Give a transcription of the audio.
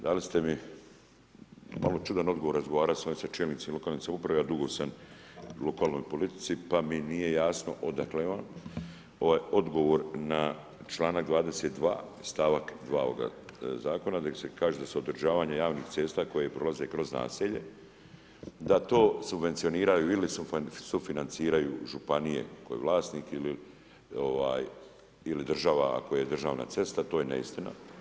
Dali ste mi malo čudan odgovor, razgovarao sam sa čelnicima lokalne samouprave, a dugo sam u lokalnoj politici pa mi nije jasno odakle je ovaj odgovor na članak 22. stavak 2. ovog zakona gdje se kaže da se održavanje javnih cesta koje prolaze kroz naselje, da to subvencioniraju ili sufinanciraju županije ili vlasnik ili država ako je državna cesta to je neistina.